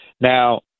Now